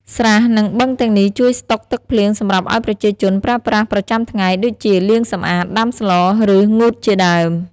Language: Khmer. ស្រះ និងបឹងទាំងនេះជួយស្តុកទឹកភ្លៀងសម្រាប់ឱ្យប្រជាជនប្រើប្រាស់ប្រចាំថ្ងៃ ដូចជាលាងសម្អាត ដាំស្ល ឬ ងូតជាដើម។